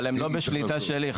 אבל זה לא בשליטה שלי.